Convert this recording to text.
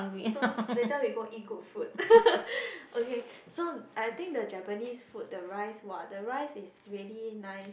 so later we go eat good food okay so I think the Japanese food the rice !wah! the rice is really nice